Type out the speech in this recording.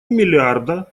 миллиарда